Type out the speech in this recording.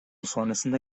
sonrasında